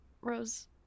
Rose